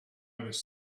was